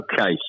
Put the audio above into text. Okay